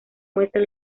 muestra